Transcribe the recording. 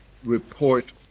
report